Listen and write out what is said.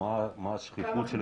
מה השכיחות,